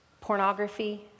pornography